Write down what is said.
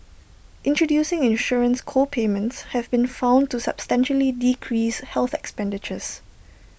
introducing insurance co payments have been found to substantially decrease health expenditures